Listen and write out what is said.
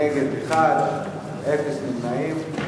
נגד, 1, אין נמנעים.